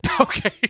Okay